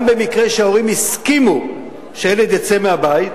במקרה שההורים הסכימו שהילד יצא מהבית,